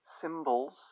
symbols